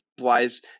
wise